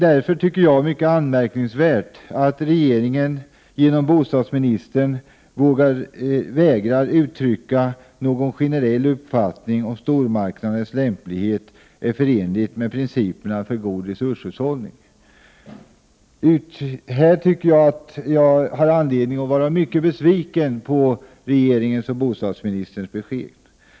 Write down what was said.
Därför är det anmärkningsvärt att regeringen genom bostadsministern vägrar uttrycka någon generell uppfattning i frågan om huruvida stormarknader är lämpliga och förenliga med principerna för god resurshushållning. Jag har anledning att vara mycket besviken på bostadsministerns besked.